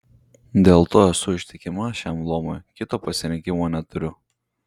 dėl to esu ištikima šiam luomui kito pasirinkimo neturiu